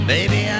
Baby